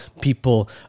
people